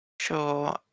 sure